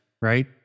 right